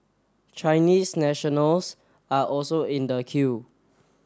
Chinese nationals are also in the queue